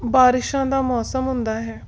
ਬਾਰਿਸ਼ਾਂ ਦਾ ਮੌਸਮ ਹੁੰਦਾ ਹੈ